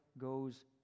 goes